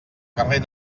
carrer